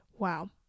Wow